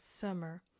summer